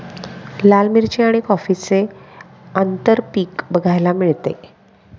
लाल मिरची आणि कॉफीचे आंतरपीक बघायला मिळते